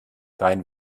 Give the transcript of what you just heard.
dein